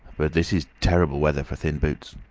but this is terrible weather for thin boots!